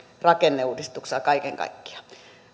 rakenneuudistuksella kaiken kaikkiaan